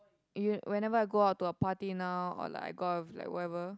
you whenever I go out to a party now or like I got with like whoever